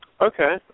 Okay